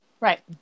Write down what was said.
Right